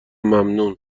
ممنون